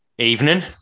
Evening